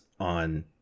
on